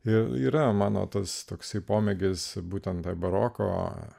ir yra mano tas toks pomėgis būtent baroko